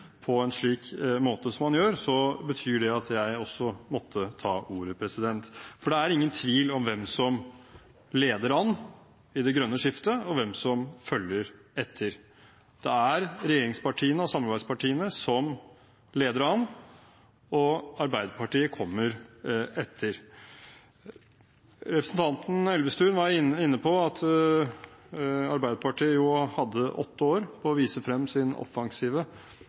på en slik måte som han gjør, betyr det at jeg også måtte ta ordet. For det er ingen tvil om hvem som leder an i det grønne skiftet, og hvem som følger etter. Det er regjeringspartiene og samarbeidspartiene som leder an, og Arbeiderpartiet kommer etter. Representanten Elvestuen var inne på at Arbeiderpartiet hadde åtte år på å vise frem sin offensive